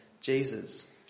Jesus